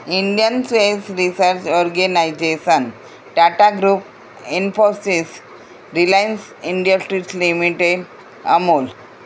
Indian space research organisation Tata group Infosys Reliance industries limited Amul